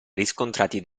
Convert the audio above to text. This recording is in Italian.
riscontrati